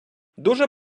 дуже